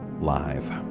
live